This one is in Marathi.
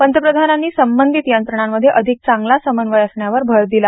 पंतप्रधानांनी संबंधित यंत्रणांमध्ये अधिक चांगला समन्वय असण्यावर भर दिला